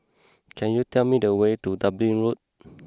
can you tell me the way to Dublin Road